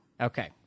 Okay